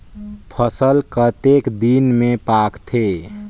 फसल कतेक दिन मे पाकथे?